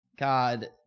God